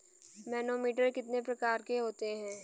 Manometer कितने प्रकार के होते हैं?